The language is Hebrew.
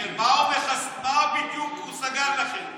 מה בדיוק הוא סגר לכם?